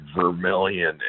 Vermilion